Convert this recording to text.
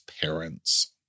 parents